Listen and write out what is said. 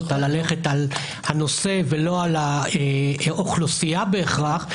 ללכת על הנושא ולא על האוכלוסייה בהכרח,